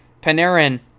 Panarin